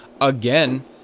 again